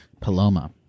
Paloma